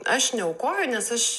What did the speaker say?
aš neaukoju nes aš